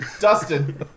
Dustin